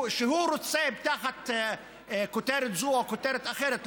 שהוא רוצה תחת כותרת זו או כותרת אחרת,